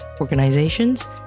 organizations